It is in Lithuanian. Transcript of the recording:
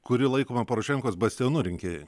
kuri laikoma porošenkos bastionu rinkėjai